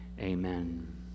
amen